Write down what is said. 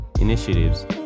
initiatives